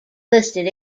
listed